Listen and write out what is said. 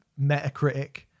metacritic